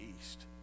east